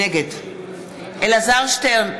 נגד אלעזר שטרן,